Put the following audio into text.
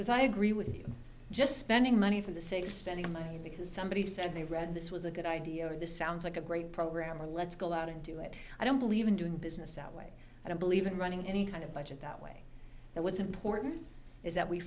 because i agree with you just spending money for the sake of spending money because somebody said they read this was a good idea or this sounds like a great program or let's go out and do it i don't believe in doing business that way i don't believe in running any kind of budget that way that what's important is that we